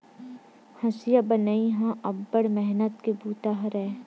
हँसिया बनई ह अब्बड़ मेहनत के बूता हरय